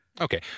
Okay